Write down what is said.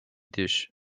dish